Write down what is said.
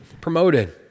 promoted